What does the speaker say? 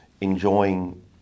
enjoying